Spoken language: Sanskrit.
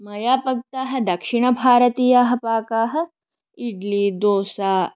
मया पक्वाः दक्षिणभारतीयाः पाकाः इड्लि दोस्सा